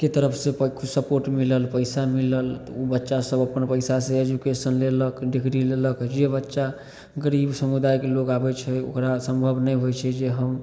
के तरफसे किछु सपोर्ट मिलल पइसा मिलल तऽ ओ बच्चासभ अपन पइसासे एजुकेशन लेलक डिग्री लेलक जे बच्चा गरीब समुदायके लोक आबै छै ओकरा सम्भव नहि होइ छै जे हम